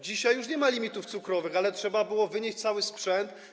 Dzisiaj już nie ma limitów cukrowych, ale trzeba było wynieść stamtąd cały sprzęt.